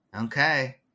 Okay